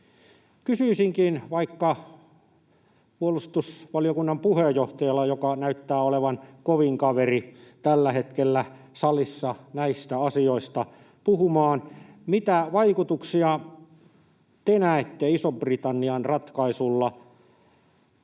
Kysyisinkin vaikka puolustusvaliokunnan puheenjohtajalta — joka näyttää olevan kovin kaveri tällä hetkellä salissa näistä asioista puhumaan: Mitä vaikutuksia te näette Ison-Britannian ratkaisulla